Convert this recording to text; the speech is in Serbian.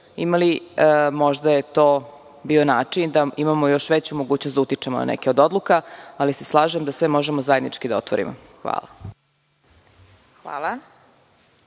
imali. Možda je to bio način da imamo još veću mogućnost da utičemo na neke od odluka, ali se slažem da sve možemo zajednički da otvorimo. Hvala.